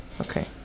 Okay